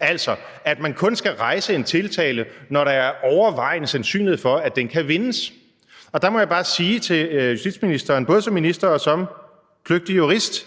altså at man kun skal rejse en tiltale, når der er en overvejende sandsynlighed for, at den kan vindes. Og der må jeg bare sige til justitsministeren, både som minister og som kløgtig jurist